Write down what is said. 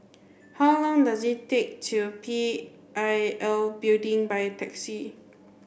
how long does it take to P I L Building by taxi